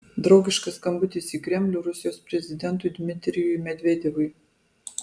draugiškas skambutis į kremlių rusijos prezidentui dmitrijui medvedevui